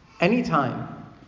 Anytime